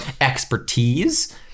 expertise